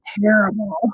terrible